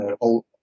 old